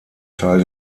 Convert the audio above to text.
teil